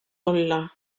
olla